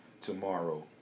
tomorrow